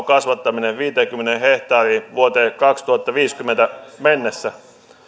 kasvattaminen viiteenkymmeneen hehtaariin vuoteen kaksituhattaviisikymmentä mennessä